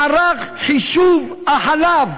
הוא חתום על מערך חישוב החלב